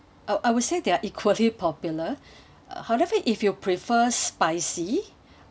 I I would say they are equally popular uh however if you prefer spicy